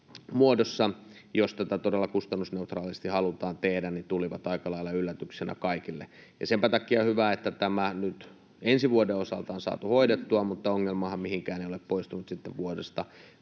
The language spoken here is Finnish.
muodossa, jos tätä todella kustannusneutraalisti halutaan tehdä, tulivat aika lailla yllätyksenä kaikille. Senpä takia on hyvä, että tämä nyt ensi vuoden osalta on saatu hoidettua, mutta ongelmahan ei ole mihinkään poistunut sitten vuodesta